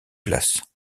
place